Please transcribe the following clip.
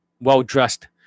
well-dressed